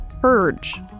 purge